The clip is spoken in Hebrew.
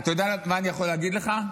אתה יודע מה אני יכול להגיד לך?